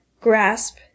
grasp